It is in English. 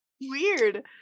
weird